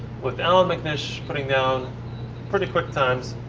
with allan mcnish putting down pretty quick times.